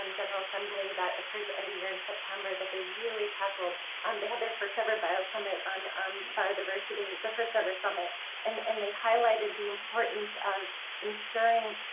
um general assembly that occurs every year in september that they really tackled, um they had their first ever bio-summit on um biodiversity their first ever summit and and they highlighted the importance of ensuring,